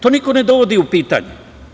To niko ne dovodi u pitanje.